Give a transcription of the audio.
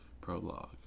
prologue